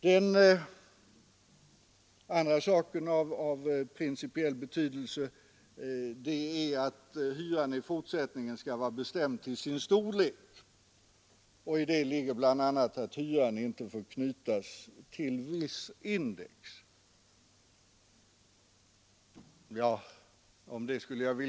Den andra saken av principiell betydelse är att hyran i fortsättningen skall vara bestämd till sin storlek. I det ligger bl.a. att hyran inte får knytas till viss index.